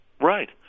Right